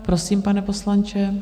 Prosím, pane poslanče.